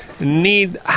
need